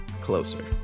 closer